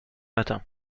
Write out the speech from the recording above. matin